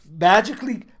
magically